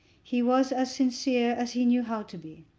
he was as sincere as he knew how to be.